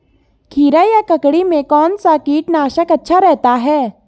खीरा या ककड़ी में कौन सा कीटनाशक अच्छा रहता है?